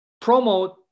promote